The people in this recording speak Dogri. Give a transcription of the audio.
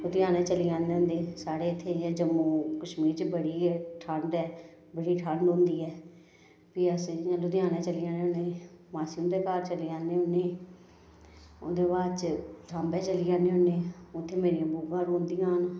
लुधयानै चली जान्ने होन्ने साढ़ै इत्थें इयां जम्मू कश्मीर च बड़ी गै ठंड ऐ बड़ी ठंड होंदी ऐ फ्ही अस इयां लुधयानै चली जन्ने होन्ने मास्सी हुंदे घर चली जन्ने होन्ने उंदे बाद च सांबा चली जन्ने होन्ने उत्थें मेरियां बूआ रौंह्दियां न